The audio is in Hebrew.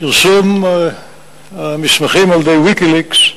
פרסום המסמכים על-ידי "ויקיליקס"